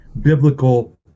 biblical